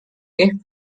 kehv